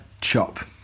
chop